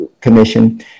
Commission